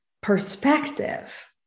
perspective